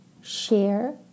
share